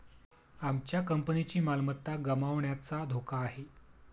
आमच्या कंपनीची मालमत्ता गमावण्याचा धोका आहे